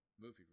movie